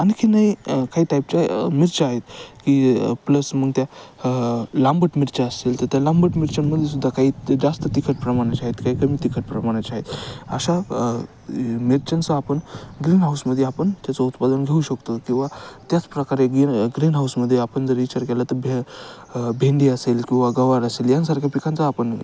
आणखीही काही टाईपच्या मिरच्या आहेत की प्लस मग त्या लांबट मिरच्या असतील तर त्या लांबट मिरच्यांमध्ये सुद्धा काही जास्त तिखट प्रमाणाचे आहेत काही कमी तिखट प्रमाणाच्या आहेत अशा मिरच्यांचं आपण ग्रीन हाऊसमध्ये आपण त्याचं उत्पादन घेऊ शकतो किंवा त्याचप्रकारे गीन हाऊसमध्ये आपण जर विचार केला तर भे भेंडी असेल किंवा गवार असेल यासारख्या पिकांचा आपण